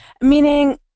Meaning